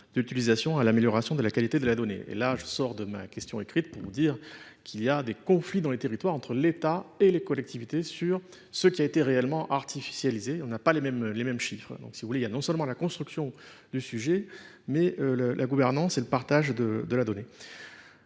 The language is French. d'utilisation à l'amélioration de la qualité de la donnée. Et là, je sors de ma question écrite pour vous dire qu'il y a des conflits dans les territoires entre l'Etat et les collectivités sur ce qui a été réellement artificialisé. On n'a pas les mêmes chiffres. Donc, si vous voulez, il y a non seulement la construction du sujet, mais la gouvernance et le partage de la donnée.